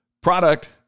product